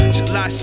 July